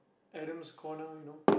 Adam's corner you know